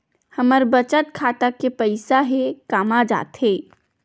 हमर बचत खाता के पईसा हे कामा जाथे?